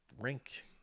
rink